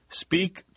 Speak